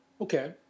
Okay